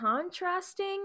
contrasting